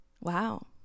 wow